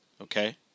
Okay